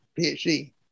phd